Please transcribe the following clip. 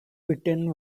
witten